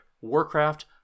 Warcraft